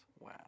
Wow